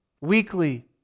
weekly